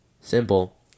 Simple